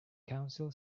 council